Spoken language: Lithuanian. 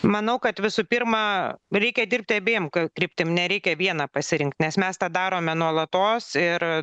manau kad visų pirma reikia dirbti abiem k kryptim nereikia vieną pasirinkt nes mes tą darome nuolatos ir